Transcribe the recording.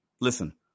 listen